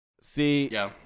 See